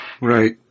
Right